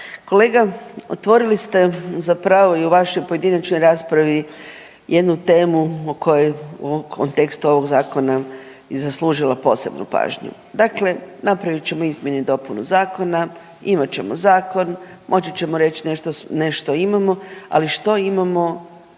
Kolega, otvorili ste zapravo i u vašoj pojedinačnoj raspravi jednu temu o kojoj u kontekstu ovog zakona je zaslužila posebnu pažnju. Dakle, napravit ćemo izmjene i dopunu zakona, imat ćemo zakon, moći ćemo reći nešto imamo. Ali što imamo